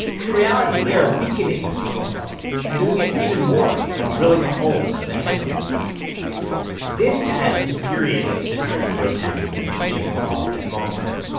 in reality, they are weakening the tonal quality and doing it even more when drilling a hole for the handle placement this ad infuriated mr. no tang is better, jake malta at malmark.